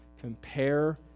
Compare